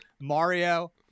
Mario